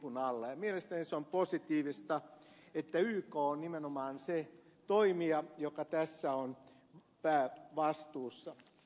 mielestäni se on positiivista että yk on nimenomaan se toimija joka tässä on päävastuussa